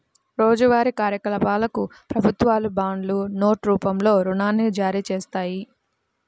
రోజువారీ కార్యకలాపాలకు ప్రభుత్వాలు బాండ్లు, నోట్ రూపంలో రుణాన్ని జారీచేత్తాయి